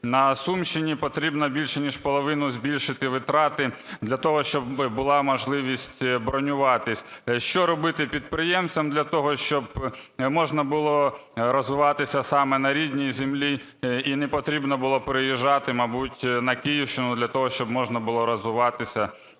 На Сумщині потрібно більше ніж в половину збільшити витрати для того, щоб була можливість бронюватись. Що робити підприємствам для того, щоб можна було розвиватися саме на рідній землі і не потрібно було переїжджати, мабуть, на Київщину для того, щоб можна було розвиватися?